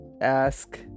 Ask